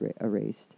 erased